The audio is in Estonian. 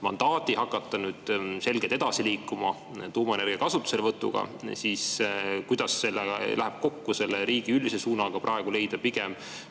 mandaadi hakata nüüd selgelt edasi liikuma tuumaenergia kasutuselevõtuga, siis kuidas see läheb kokku riigi üldise suunaga leida